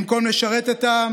במקום לשרת את העם,